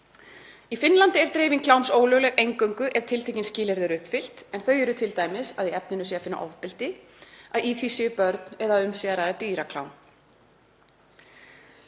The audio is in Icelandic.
Í Finnlandi er dreifing kláms ólögleg eingöngu ef tiltekin skilyrði eru uppfyllt, en þau eru t.d. að í efninu sé að finna ofbeldi, að í því séu börn eða að um sé að ræða dýraklám.